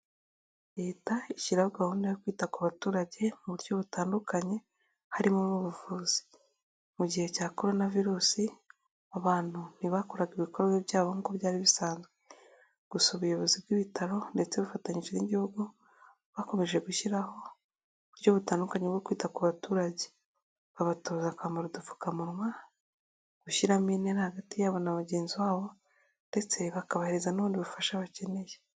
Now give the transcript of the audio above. Leta ishyiraho gahunda yo kwita ku baturage mu buryo butandukanye harimo n'ubuvuzi. Mu gihe cya korona virusi abantu ntibakoraga ibikorwa byabo nk'uko byari bisanzwe, gusa ubuyobozi bw'ibitaro ndetse bufatanyije n'igihugu bakomeje gushyiraho uburyo butandukanye bwo kwita ku baturage babatoza kwambara udupfukamunwa, gushyiramo intera hagati yabo na bagenzi babo ndetse bakabahereza n'ubundi bufasha bakeneye.